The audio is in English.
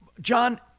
John